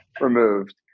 removed